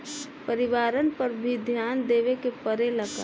परिवारन पर भी ध्यान देवे के परेला का?